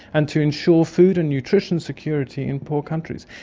and to ensure food and nutrition security in poor countries.